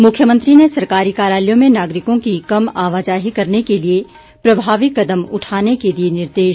मुख्यमंत्री ने सरकारी कार्यालयों में नागरिकों की कम आवाजाही करने के लिए प्रभावी कदम उठाने के दिए निर्देश